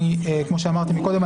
כמו שאמרתי מקודם,